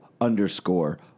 underscore